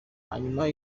hanyuma